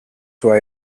why